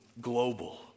global